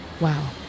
Wow